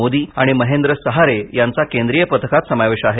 मोदी आणि महेंद्र सहारे यांचा केंद्रीय पथकात समावेश आहे